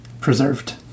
preserved